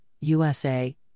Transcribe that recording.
USA